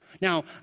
Now